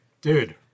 Dude